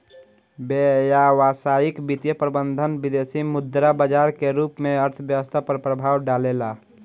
व्यावसायिक वित्तीय प्रबंधन विदेसी मुद्रा बाजार के रूप में अर्थव्यस्था पर प्रभाव डालेला